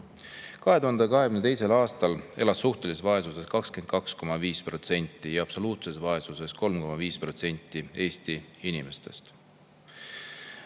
2022. aastal elas suhtelises vaesuses 22,5% ja absoluutses vaesuses 3,5% Eesti inimestest.